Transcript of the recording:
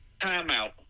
timeout